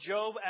Job